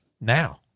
now